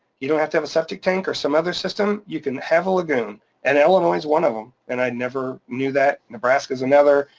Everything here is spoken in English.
you don't have to have a septic tank or some other system. you can have a lagoon and illinois is one of them, and i never knew that. nebraska is another,